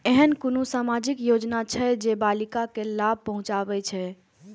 ऐहन कुनु सामाजिक योजना छे जे बालिका के लाभ पहुँचाबे छे?